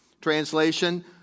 Translation